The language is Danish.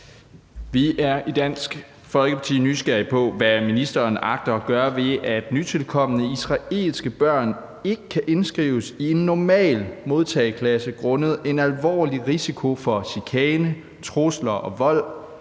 Vi er i Dansk Folkeparti nysgerrige på, hvad ministeren agter at gøre ved, at nytilkomne israelske børn ikke kan indskrives i en normal modtageklasse grundet en alvorlig risiko for chikane, trusler og vold,